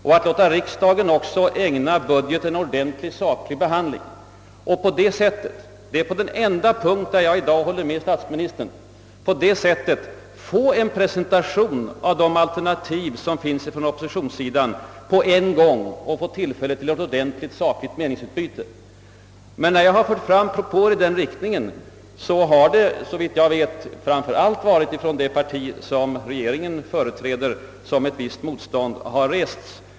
Vi borde låta riksdagen ägna budgeten en grundlig behandling för att på detta sätt — det är den enda pnkt på vilken jag håller med statsministern — på en gång få en presentation av oppositionssidans alternativ och ge utrymme för ett sakligt meningsutbyte. När jag har fört fram propåer i denna riktning har det framför allt från det parti som regeringen företräder rests motstånd.